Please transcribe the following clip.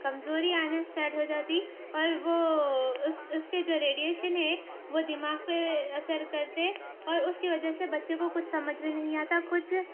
کمزوری آنا اسٹارٹ ہو جاتی اور وہ اس اس کے جو ریڈیشن ہے وہ دماغ پہ اثر کرتے اور اس کی وجہ سے بچّوں کو کچھ سمجھ میں نہیں آتا کچھ